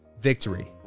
Victory